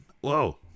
whoa